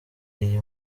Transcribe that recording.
iyi